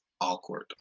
awkward